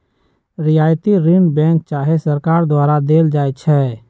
रियायती ऋण बैंक चाहे सरकार द्वारा देल जाइ छइ